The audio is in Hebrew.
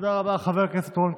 שקרא לה חבר הכנסת פרוש